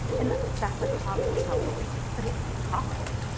and that's a commonly held belief, but it's possible.